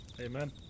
Amen